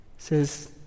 says